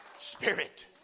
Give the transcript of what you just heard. spirit